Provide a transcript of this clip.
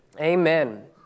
Amen